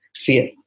fear